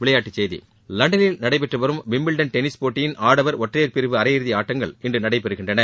விளையாட்டுக் செய்தி லண்டனில் நடைபெற்றட வரும் விம்பிள்டன் டென்னிஸ் போட்டியின் ஆடவர் ஒற்றையர் பிரிவு அரையிறுகிடஆட்டங்கள் இன்றடநடைபெறுகின்றன